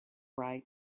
right